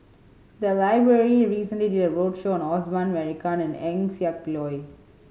the library recently did a roadshow on Osman Merican and Eng Siak Loy